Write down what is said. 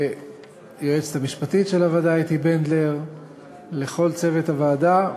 ליועצת המשפטית של הוועדה אתי בנדלר ולכל צוות הוועדה,